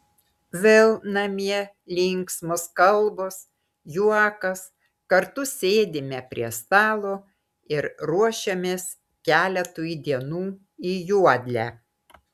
vėl namie linksmos kalbos juokas kartu sėdime prie stalo ir ruošiamės keletui dienų į juodlę